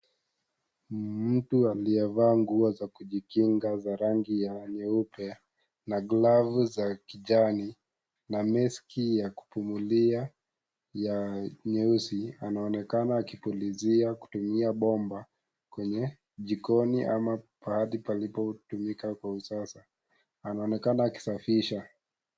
Hawa ni wachezaji ambao wanaishi na ulemavu na wameweza kukalia vyombo vyao ambavyo vinaitwa wheel chair kwa lugha yake kiingereza na tunaona ya kwamba kuna.